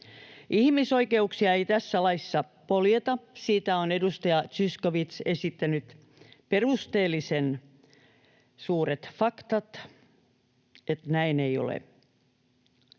Ihmisoikeuksia ei tässä laissa poljeta. Siitä on edustaja Zyskowicz esittänyt perusteellisen suuret faktat, että näin ei ole.